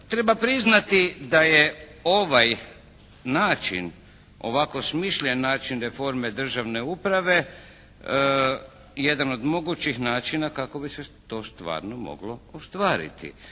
Treba priznati da je ovaj način ovako smišljen način reforme državne uprave jedan od mogućih načina kako bi se to stvarno moglo ostvariti.